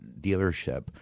dealership